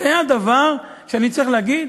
זה הדבר שאני צריך להגיד?